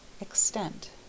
extent